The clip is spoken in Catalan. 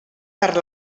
per